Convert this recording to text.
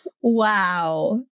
Wow